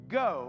go